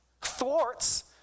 thwarts